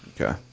Okay